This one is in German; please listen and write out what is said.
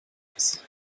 weiß